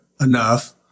enough